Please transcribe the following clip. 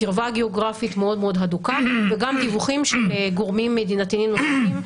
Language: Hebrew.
קרבה גיאוגרפית מאוד הדוקה וגם דיווחים של גורמים מדינתיים נוספים,